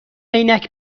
عینک